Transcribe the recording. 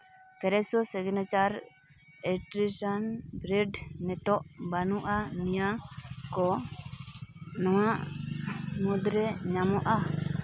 Fresho Signature artisan bread ᱱᱤᱛᱚᱜ ᱵᱟᱹᱱᱩᱜᱼᱟ ᱱᱤᱭᱟᱹ ᱠᱚ ᱱᱚᱣᱟ ᱢᱩᱫᱽᱨᱮ ᱧᱟᱢᱚᱜᱼᱟ